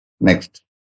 Next